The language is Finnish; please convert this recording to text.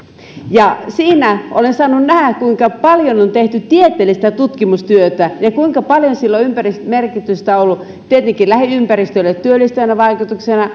ja siinä olen saanut nähdä kuinka paljon on tehty tieteellistä tutkimustyötä ja kuinka paljon sillä on ympäristölle merkitystä ollut tietenkin lähiympäristölle työllistävänä vaikutuksena